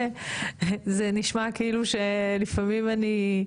לפעמים אני,